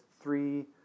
three